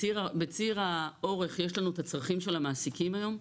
בציר האורך יש לנו את הצרכים של המעסיקים היום,